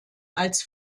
als